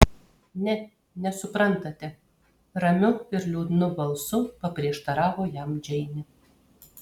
ne nesuprantate ramiu ir liūdnu balsu paprieštaravo jam džeinė